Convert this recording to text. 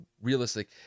realistic